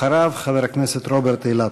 אחריו, חבר הכנסת רוברט אילטוב.